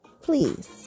please